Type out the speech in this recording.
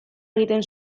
egiten